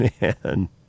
man